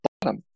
bottom